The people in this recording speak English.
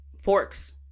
forks